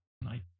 tonight